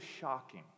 shocking